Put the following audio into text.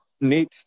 Neat